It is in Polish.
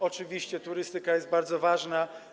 Oczywiście turystyka jest bardzo ważna.